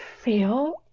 feel